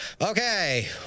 okay